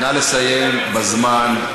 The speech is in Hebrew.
נא לסיים בזמן,